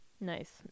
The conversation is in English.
Nice